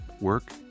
work